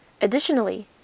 Additionally